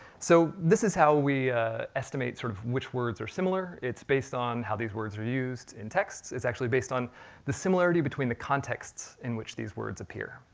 so this is how we estimate sort of which words are similar. it's based on how these words are used in text. it's actually based on the similarity between the contexts, in which these words appear.